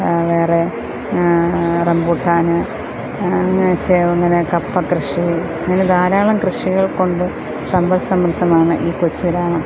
വേറെ റമ്പൂട്ടാൻ അങ്ങനെ അങ്ങനെ കപ്പ കൃഷി ഇങ്ങനെ ധാരാളം കൃഷികൾ കൊണ്ട് സമ്പൽസമൃദ്ധമാണ് ഈ കൊച്ചു ഗ്രാമം